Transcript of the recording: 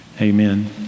Amen